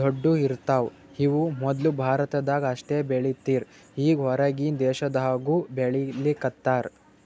ದೊಡ್ಡು ಇರ್ತವ್ ಇವ್ ಮೊದ್ಲ ಭಾರತದಾಗ್ ಅಷ್ಟೇ ಬೆಳೀತಿರ್ ಈಗ್ ಹೊರಗಿನ್ ದೇಶದಾಗನೂ ಬೆಳೀಲಿಕತ್ತಾರ್